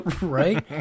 Right